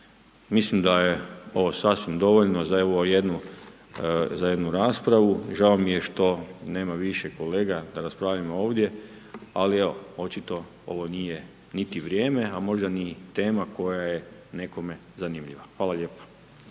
Mislim da je ovo sasvim dovoljno za evo jednu, za jednu raspravu žao mi je što nema više kolega da raspravimo ovdje ali evo očito ovo nije niti vrijeme a možda ni tema koja je nekome zanimljiva. Hvala lijepa.